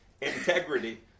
integrity